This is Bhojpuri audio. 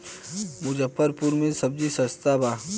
मुजफ्फरपुर में सबजी सस्ता बा